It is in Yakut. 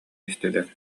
истилэр